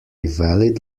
valid